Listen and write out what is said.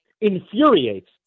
infuriates